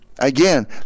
Again